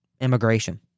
immigration